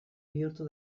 bihurtu